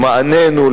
למעננו,